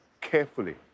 carefully